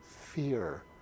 fear